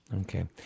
Okay